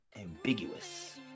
Ambiguous